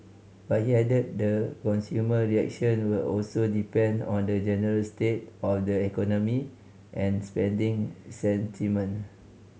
but he added that consumer reaction will also depend on the general state of the economy and spending sentiment